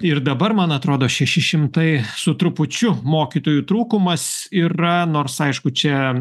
ir dabar man atrodo šeši šimtai su trupučiu mokytojų trūkumas yra nors aišku čia